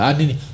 Anini